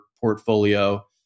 portfolio